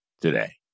today